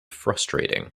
frustrating